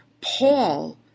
Paul